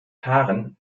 haaren